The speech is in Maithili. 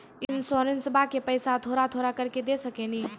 इंश्योरेंसबा के पैसा थोड़ा थोड़ा करके दे सकेनी?